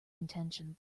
intentions